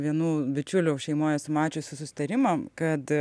vienų bičiulių šeimoj esu mačiusi susitarimą kad